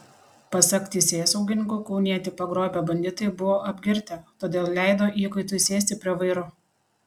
pasak teisėsaugininkų kaunietį pagrobę banditai buvo apgirtę todėl leido įkaitui sėsti prie vairo